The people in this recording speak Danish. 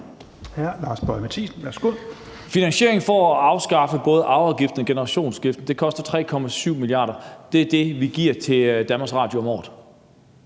Hr. Lars Boje Mathiesen, værsgo.